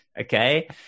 Okay